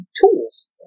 tools